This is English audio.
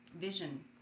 vision